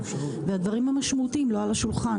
והדברים המשמעותיים לא על השולחן.